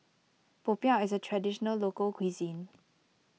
Popiah is a Traditional Local Cuisine